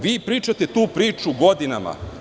Vi pričate tu priču godinama.